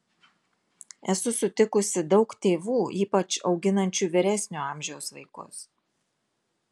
esu sutikusi daug tėvų ypač auginančių vyresnio amžiaus vaikus